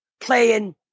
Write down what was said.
playing